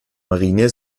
marine